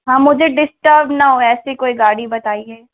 हाँ मुझे डिस्टब ना हो ऐसी कोई गाड़ी बताइए